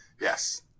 Yes